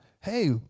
hey